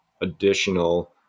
additional